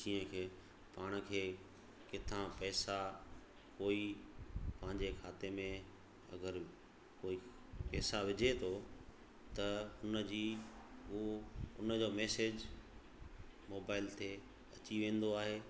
जीअं कि पाण खे किथां पैसा कोई पंहिंजे खाते में अगरि कोई पैसा विझे थो त हुनजी हू हुनजो मैसेज मोबाइल ते अची वेंदो आहे